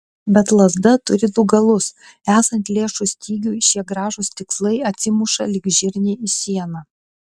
bet lazda turi du galus esant lėšų stygiui šie gražūs tikslai atsimuša lyg žirniai į sieną